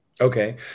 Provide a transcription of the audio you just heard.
Okay